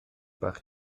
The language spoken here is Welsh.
bach